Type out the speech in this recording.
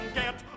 get